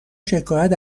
شکایت